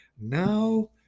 now